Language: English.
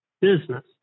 business